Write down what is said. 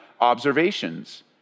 observations